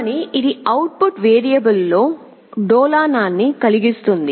కానీ ఇది output వేరియబుల్లో డోలనాన్ని కలిగిస్తుంది